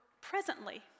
presently